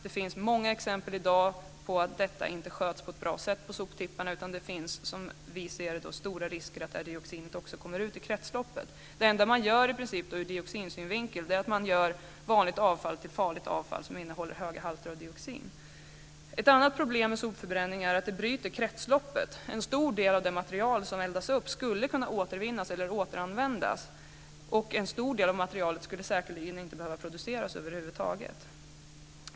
Det finns många exempel i dag på att detta inte sköts på ett bra sätt på soptipparna. Det finns, som vi ser det, stora risker att det här dioxinet också kommer ut i kretsloppet. Det enda man gör ur dioxinsynvinkel är i princip att man gör vanligt avfall till farligt avfall som innehåller höga halter av dioxin. Ett annat problem med sopförbränning är att det bryter kretsloppet. En stor del av det material som eldas upp skulle kunna återvinnas eller återanvändas, och en stor del av materialet skulle säkerligen inte behöva produceras över huvud taget.